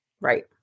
Right